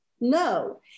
No